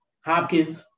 Hopkins